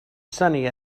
sunny